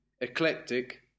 eclectic